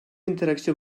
interacció